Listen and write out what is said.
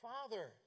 Father